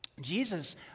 Jesus